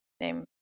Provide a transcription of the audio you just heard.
name